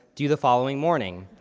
due the following morning.